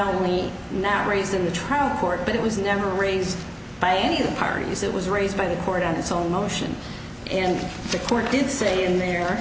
only now raise in the trial court but it was never raised by any of the parties it was raised by the court on its own motion and the court did say in there